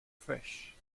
fresh